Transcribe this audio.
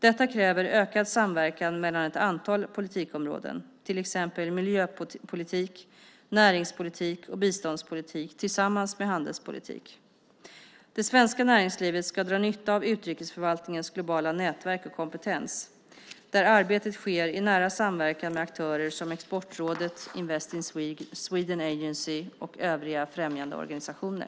Detta kräver ökad samverkan mellan ett antal politikområden, till exempel miljöpolitik, näringspolitik och biståndspolitik tillsammans med handelspolitik. Det svenska näringslivet ska dra nytta av utrikesförvaltningens globala nätverk och kompetens, där arbetet sker i nära samverkan med aktörer som Exportrådet, Invest in Sweden Agency och övriga främjandeorganisationer.